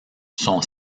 sont